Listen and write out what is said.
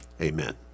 amen